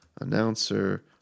Announcer